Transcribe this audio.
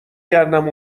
کردم